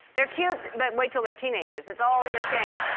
they're cute, but wait till they're teenagers. it's all gonna change.